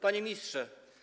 Panie Ministrze!